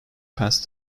past